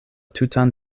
tutan